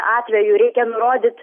atveju reikia nurodyt